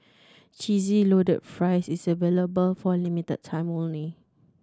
Cheesy Loaded Fries is available for a limited time only